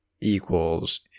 equals